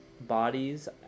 bodies